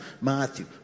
Matthew